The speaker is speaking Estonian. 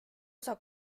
osa